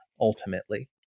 ultimately